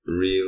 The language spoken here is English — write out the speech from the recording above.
Real